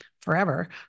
forever